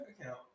account